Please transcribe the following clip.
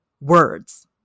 words